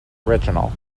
original